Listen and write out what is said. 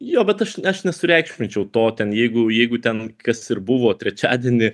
jo bet aš aš nesureikšminčiau to ten jeigu jeigu ten kas ir buvo trečiadienį